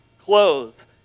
clothes